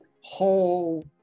whole